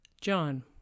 John